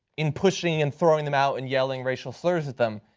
in pushing and throwing them out and yelling racial slurs at them,